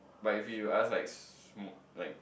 but if you ask like smoke like